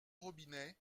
robinet